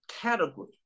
category